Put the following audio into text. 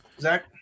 Zach